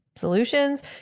solutions